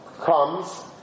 comes